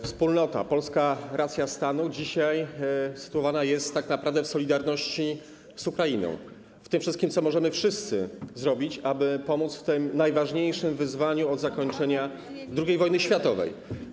Wspólnota, polska racja stanu dzisiaj sytuowana jest tak naprawdę w solidarności z Ukrainą, w tym wszystkim, co możemy wszyscy zrobić, aby pomóc w związku z tym najważniejszym wyzwaniem od zakończenia II wojny światowej.